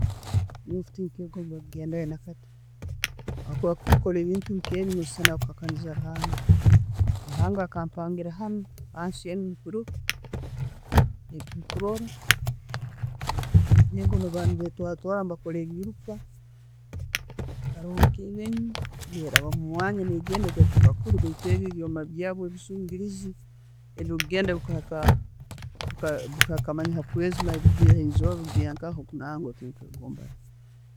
Nensi tinkwegomba no'kugendayo nakati habwokuba kukora ebintu nkebyo noyisana akuhakaniza ruhanga. Ruhanga akampangira hanu hansi kurora ego nebakuba nebetwara twara nebakora ebiruka, haroho nke enjonji, ne raba omumwanya negenda nehiika kuli ne'ebyoma byabu ebizingurizi nambire nambire zigya okw, nangwa tinkwegombayo.